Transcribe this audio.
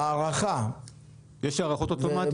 זאת אומרת שמכרז קיים לא יחול